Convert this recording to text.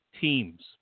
teams